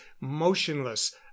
motionless